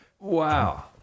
Wow